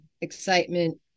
excitement